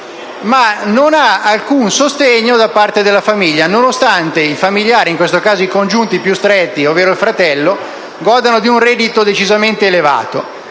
e non ha alcun sostegno da parte della famiglia, nonostante i familiari, in questo caso i congiunti più stretti ovvero il fratello, godano di un reddito decisamente elevato.